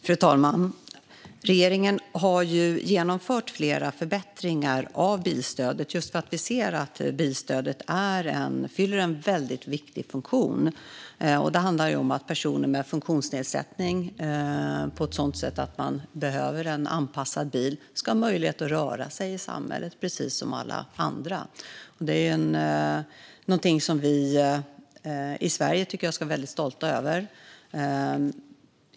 Fru talman! Regeringen har genomfört flera förbättringar av bilstödet just för att vi ser att bilstödet fyller en väldigt viktig funktion. Det handlar om att personer som har en sådan funktionsnedsättning att de behöver en anpassad bil ska ha möjlighet att röra sig i samhället precis som alla andra. Det är något som vi i Sverige ska vara väldigt stolta över.